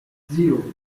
zero